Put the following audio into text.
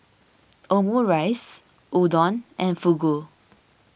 Omurice Udon and Fugu